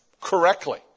correctly